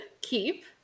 keep